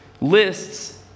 lists